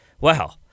Wow